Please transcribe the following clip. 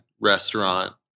restaurant